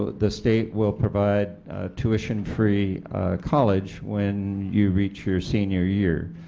the state will provide tuition free college when you reach her senior year.